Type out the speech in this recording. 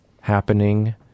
happening